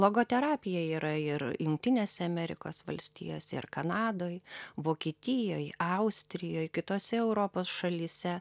logoterapija yra ir jungtinėse amerikos valstijose ir kanadoj vokietijoj austrijoj kitose europos šalyse